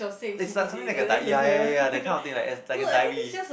it's like something like a di~ ya ya ya that kind of thing lah it's like like a diary